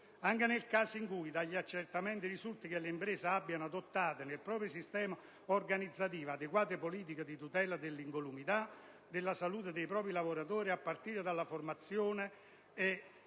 Ancora, nel caso in cui dagli accertamenti risulti che le imprese abbiano adottato nel proprio sistema organizzativo adeguate politiche di tutela dell'incolumità e della salute dei propri lavoratori - a partire dalla formazione,